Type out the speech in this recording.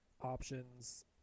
options